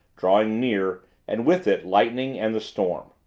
drawing near, and with it lightning and the storm.